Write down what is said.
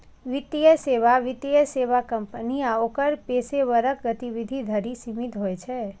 वित्तीय सेवा वित्तीय सेवा कंपनी आ ओकर पेशेवरक गतिविधि धरि सीमित होइ छै